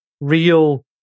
real